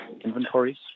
inventories